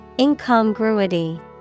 Incongruity